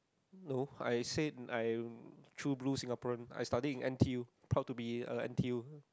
no I said I true blue Singaporean I studied in n_t_u proud to be a n_t_u